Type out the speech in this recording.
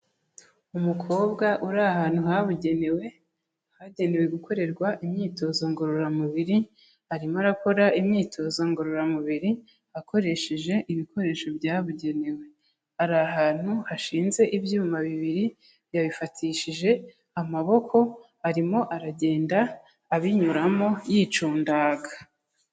Umukobwa uri ahantu habugenewe, hagenewe gukorerwa imyitozo ngororamubiri, arimo arakora imyitozo ngororamubiri, akoresheje ibikoresho byabugenewe. Ari ahantu hashinze ibyuma bibiri, yabifatishije amaboko arimo aragenda abinyuramo yicundaga.